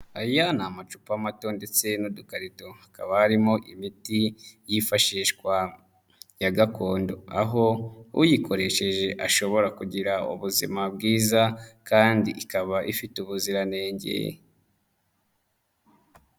Aya ni amacupa mato ndetse n'udukarito hakaba harimo imiti yifashishwa ya gakondo, aho uyikoresheje ashobora kugira ubuzima bwiza kandi ikaba ifite ubuziranenge.